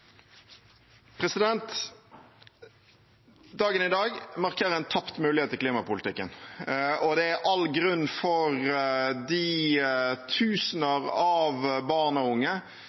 Dagen i dag markerer en tapt mulighet i klimapolitikken. Det er all grunn for de tusener av barn og unge